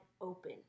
open